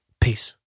Peace